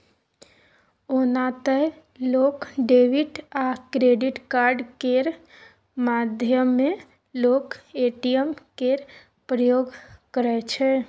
ओना तए लोक डेबिट आ क्रेडिट कार्ड केर माध्यमे लोक ए.टी.एम केर प्रयोग करै छै